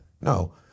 No